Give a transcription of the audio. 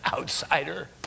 outsider